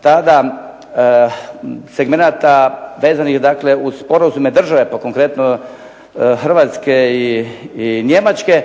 tada segmenata vezanih dakle uz sporazume države po konkretno Hrvatske i Njemačke,